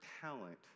talent